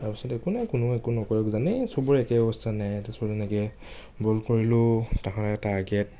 তাৰ পিছত একো নাই কোনোই একো নকয় জানেই চবৰে একেই অৱস্থা নাই তাৰপাছত এনেৈ বল কৰিলোঁ তাহাঁতৰ টাৰ্গেট